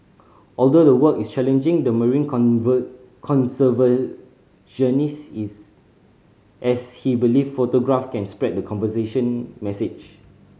although the work is challenging the marine conservationist is as he believe photographs can spread the conservation message